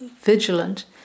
vigilant